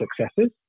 successes